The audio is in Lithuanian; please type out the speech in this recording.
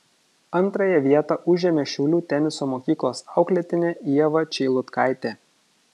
antrąją vietą užėmė šiaulių teniso mokyklos auklėtinė ieva čeilutkaitė